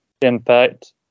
Impact